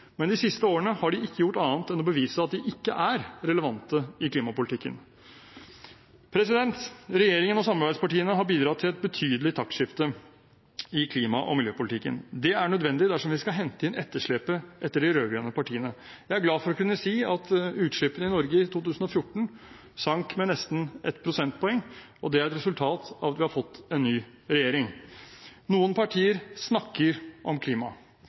Men de siste årene har de ikke gjort annet enn å bevise at de ikke er relevante i klimapolitikken. Regjeringen og samarbeidspartiene har bidratt til et betydelig taktskifte i klima- og miljøpolitikken. Det er nødvendig dersom vi skal hente inn etterslepet etter de rød-grønne partiene. Jeg er glad for å kunne si at utslippene i Norge i 2014 sank med nesten ett prosentpoeng, og det er et resultat av at vi har fått en ny regjering. Noen partier snakker om klima,